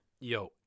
yo